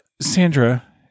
Sandra